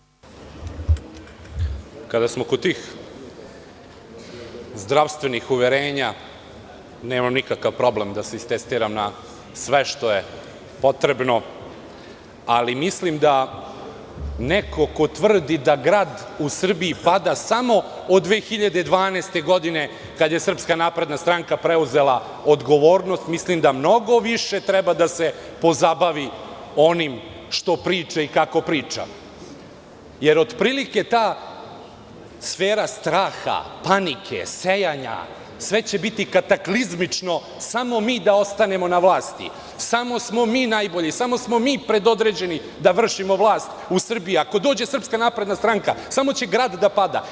Kada smo kod tih zdravstvenih uverenja, nemam nikakav problem da se istestiram na sve što je potrebno, ali mislim da neko ko tvrdi da grad u Srbiji pada samo od 2012. godine, kada je Srpska napredna stranka preuzela odgovornost, mislim da mnogo više treba da se pozabavi onim što priča i kako priča, jer otprilike ta sfera straha, panike, sejanja, sve će biti kataklizmično samo mi da ostanemo na vlasti, samo smo mi najbolji, samo smo mi predodređeni da vršimo vlast u Srbiji, a ako dođe Srpska napredna stranka samo će grad da pada.